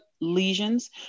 lesions